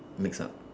mix up